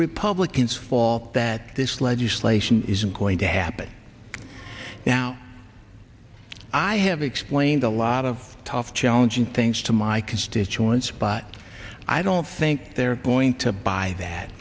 republicans fault that this legislation isn't going to happen now i have explained a lot of tough challenging things to my constituents but i don't think they're going to buy that